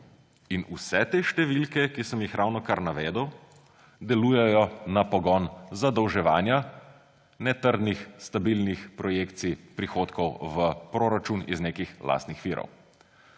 Vse te številke, ki sem jih ravnokar navedel, delujejo na pogon zadolževanja, ne trdnih stabilnih projekcij prihodkov v proračun iz nekih lastnih virov.